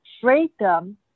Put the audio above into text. freedom